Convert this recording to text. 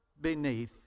beneath